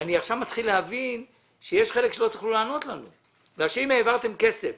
אני עכשיו מתחיל להבין שיש חלק שלא תוכלו לענות לנו בגלל שאם העברתם כסף